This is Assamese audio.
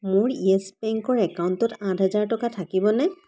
মোৰ ইয়েছ বেংকৰ একাউণ্টত আঠহেজাৰ টকা থাকিবনে